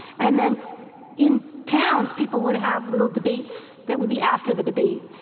and then in towns, people would have little debates that would be after the debate.